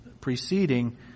preceding